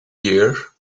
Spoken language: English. year